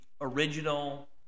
original